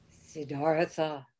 Siddhartha